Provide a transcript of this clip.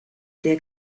der